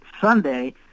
Sunday